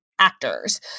Actors